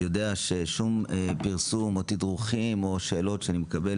יודע ששום פרסום או תדרוכים או שאלות שאני מקבל,